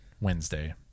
wednesday